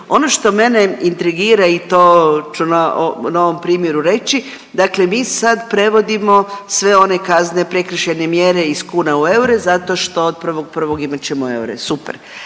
Ono što mene intrigira i to ću na ovom primjeru reći, dakle mi sad prevodimo sve one kazne, prekršajne mjere iz kuna u eure zato što od 1.1. imat ćemo eure, super.